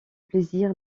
plaisir